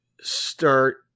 start